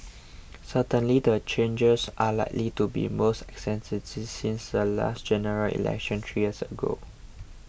certainly the changes are likely to be the most since the last General Election three years ago